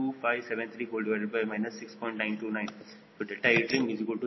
037 rad or 2